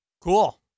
Cool